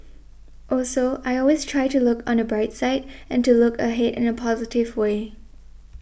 also I always try to look on the bright side and to look ahead in a positive way